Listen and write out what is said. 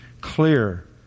clear